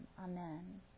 amen